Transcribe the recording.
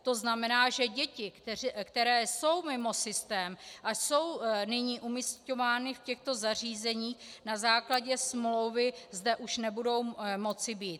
To znamená, že děti, které jsou mimo systém a jsou nyní umísťovány v těchto zařízeních na základě smlouvy, zde už nebudou moci být.